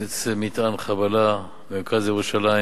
התפוצץ מטען חבלה במרכז ירושלים